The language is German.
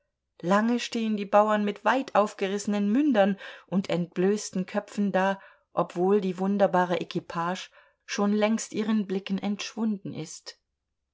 lange stehen die bauern mit weit aufgerissenen mündern und entblößten köpfen da obwohl die wunderbare equipage schon längst ihren blicken entschwunden ist